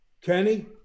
Kenny